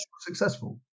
successful